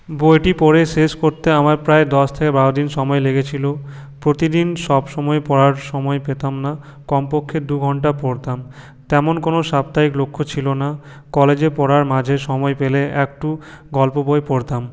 বইটি পড়ে শেষ করতে আমার প্রায় দশ থেকে বারো দিন সময় লেগেছিলো প্রতিদিন সবসময় পড়ার সময় পেতাম না কমপক্ষে দুঘন্টা পড়তাম তেমন কোনো সাপ্তাহিক লক্ষ্য ছিল না কলেজে পড়ার মাঝে সময় পেলে একটু গল্প বই পড়তাম